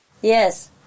Yes